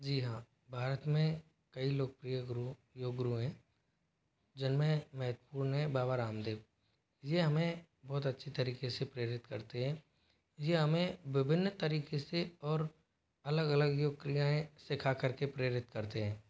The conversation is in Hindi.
जी हाँ भारत में कई लोकप्रिय गुरु योग गुरु हैं जिनमें महत्वपूर्ण है बाबा रामदेव ये हमें बहुत अच्छी तरीके से प्रेरित करते हैं ये हमें विभिन्न तरीके से और अलग अलग योग क्रियाएँ सिखा करके प्रेरित करते हैं